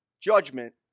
judgment